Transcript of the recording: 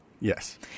Yes